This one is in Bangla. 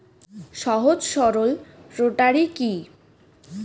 সহজ সরল রোটারি কি?